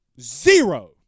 Zero